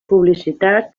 publicitat